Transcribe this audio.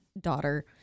daughter